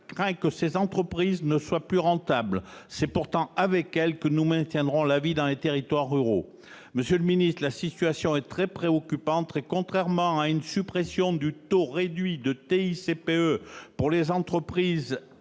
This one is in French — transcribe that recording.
crains que ces entreprises ne soient plus rentables. C'est pourtant avec elles que nous maintiendrons la vie dans les territoires ruraux. Monsieur le ministre, la situation est très préoccupante. Nous avons besoin non pas d'une suppression du taux réduit de TICPE pour les entreprises